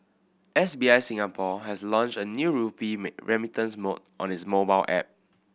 S B I Singapore has launched a new rupee remittance mode on its mobile app